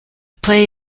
play